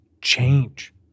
change